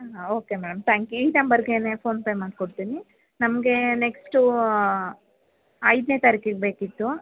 okay ma'am thank you ಈ ನಂಬರ್ಗೇನೆ PhonePe ಮಾಡ್ಕೊಡ್ತೀನಿ ನಮಗೆ ನೆಕ್ಸ್ಟೂ ಐದನೇ ತಾರೀಕಿಗೆ ಬೇಕಿತ್ತು